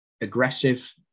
aggressive